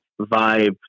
vibe